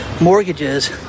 mortgages